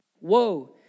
Woe